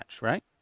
right